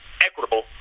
equitable